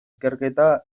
ikerketa